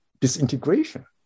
disintegration